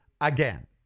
again